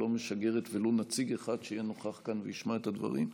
לא משגרת ולו נציג אחד שיהיה נוכח כאן וישמע את הדברים.